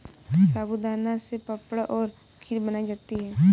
साबूदाना से पापड़ और खीर बनाई जाती है